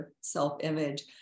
self-image